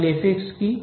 তাহলে f কি